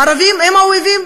הערבים הם האויבים?